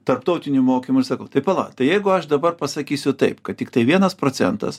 tarptautinių mokymų ir sakau tai pala tai jeigu aš dabar pasakysiu taip kad tiktai vienas procentas